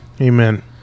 Amen